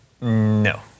No